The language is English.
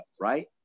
right